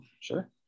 Sure